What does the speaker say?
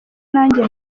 nanjye